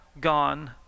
gone